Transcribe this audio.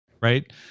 right